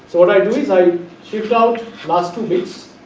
so, what i do is i shift out last two bits,